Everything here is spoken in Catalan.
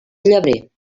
llebrer